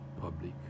public